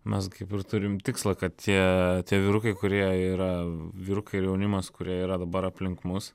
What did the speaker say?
mes kaip ir turim tikslą kad tie vyrukai kurie yra vyrukai ir jaunimas kurie yra dabar aplink mus